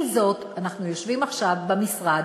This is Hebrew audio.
עם זאת, אנחנו יושבים עכשיו במשרד,